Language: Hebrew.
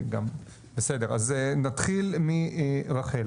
בסדר, אז נתחיל מרח.